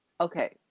Okay